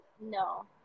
No